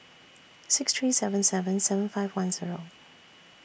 six three seven seven seven five one Zero